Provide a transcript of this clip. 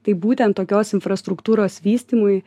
tai būtent tokios infrastruktūros vystymui